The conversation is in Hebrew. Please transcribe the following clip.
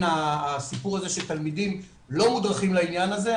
הסיפור הזה שתלמידים לא מודרכים לעניין הזה,